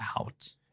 out